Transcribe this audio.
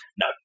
No